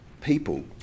people